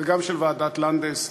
וגם של ועדת לנדס,